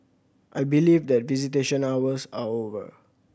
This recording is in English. I believe that visitation hours are over